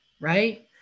right